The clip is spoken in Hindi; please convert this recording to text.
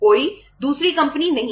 कोई दूसरी कंपनी नहीं है